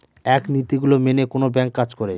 এক নীতি গুলো মেনে কোনো ব্যাঙ্ক কাজ করে